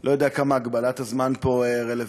לא יודע כמה הגבלת הזמן פה רלוונטית,